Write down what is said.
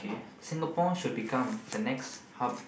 Singapore should become the next hub